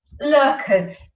lurkers